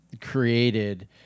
created